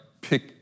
pick